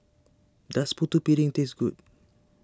does Putu Piring taste good